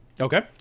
Okay